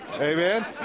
Amen